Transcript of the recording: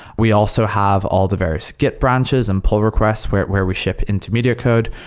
we also have all the various skip branches and pull requests where where we ship into media code.